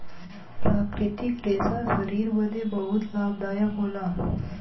प्राकृतिक रेशा शरीर बदे बहुते लाभदायक होला